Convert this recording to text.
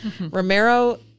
Romero